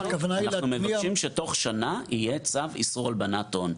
אנחנו מבקשים שבתוך שנה יהיה צו איסור הלבנת הון,